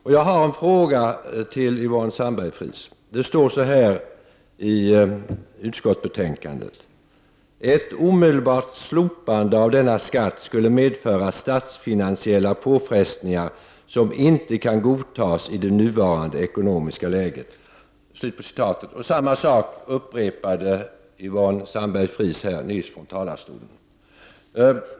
I betänkandet står att ”ett omedelbart slopande av denna skatt skulle medföra statsfinansiella påfrestningar som inte kan godtas i det nuvarande ekonomiska läget”. Samma sak upprepade Yvonne Sandberg-Fries nyss i talarstolen.